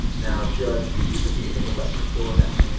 now, judge, you jest begin to let this door down,